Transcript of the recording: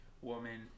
woman